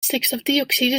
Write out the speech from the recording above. stikstofdioxide